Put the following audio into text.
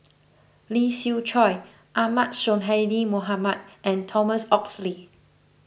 Lee Siew Choh Ahmad Sonhadji Mohamad and Thomas Oxley